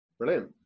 Brilliant